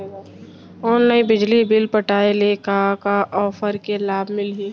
Online बिजली bill पटाय ले का का ऑफ़र के लाभ मिलही?